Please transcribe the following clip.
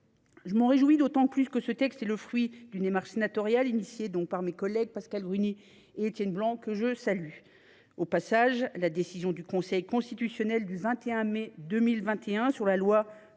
Je m’en réjouis d’autant plus que ce texte est le fruit d’une démarche sénatoriale lancée par mes collègues Pascale Gruny et Étienne Blanc, que je salue. La décision du Conseil constitutionnel du 21 mai 2021 sur la loi